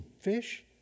fish